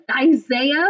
Isaiah